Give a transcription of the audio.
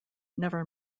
never